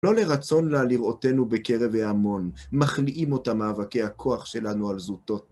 לא לרצון לה לראותנו בקרב ההמון, מכניעים אותם מאבקי הכוח שלנו על זוטות.